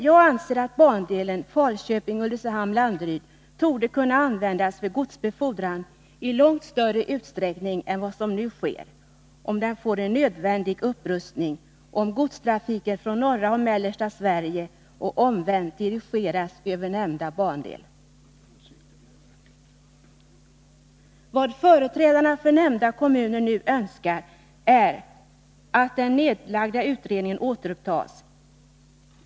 Jag anser att bandelen Falköping-Ulricehamn-Landeryd torde kunna användas för godsbefordran i långt större utsträckning än vad som nu sker, om banan får en nödvändig upprustning och om godstrafiken från norra och mellersta Sverige och omvänt dirigeras via nämnda bandel. Vad företrädarna för nämnda kommuner nu önskar är att den nedlagda utredningen återupptas.